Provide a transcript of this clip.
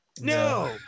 No